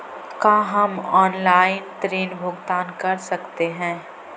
का हम आनलाइन ऋण भुगतान कर सकते हैं?